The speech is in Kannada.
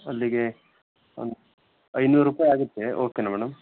ಅಲ್ಲಿಗೆ ಒಂದು ಐನೂರು ರೂಪಾಯಿ ಆಗುತ್ತೆ ಓಕೆನಾ ಮೇಡಮ್